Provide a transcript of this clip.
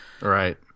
Right